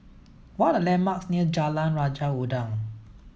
what are the landmarks near Jalan Raja Udang